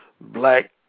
black